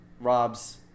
rob's